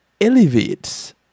elevates